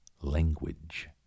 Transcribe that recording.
language